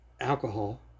alcohol